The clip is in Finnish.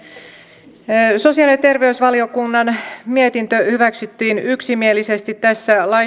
sosiaali ja terveysvaliokunnan mietintö hyväksyttiin yksimielisesti